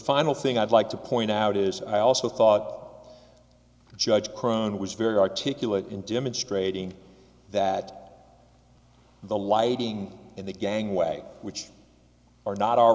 final thing i'd like to point out is i also thought judge crone was very articulate in demonstrating that the lighting in the gangway which are not our